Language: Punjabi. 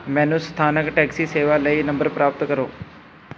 ਮੈਨੂੰ ਸਥਾਨਕ ਟੈਕਸੀ ਸੇਵਾ ਲਈ ਨੰਬਰ ਪ੍ਰਾਪਤ ਕਰੋ